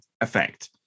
effect